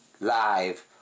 live